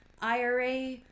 IRA